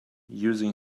using